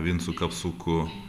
vincu kapsuku